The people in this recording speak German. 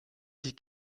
die